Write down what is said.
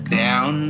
down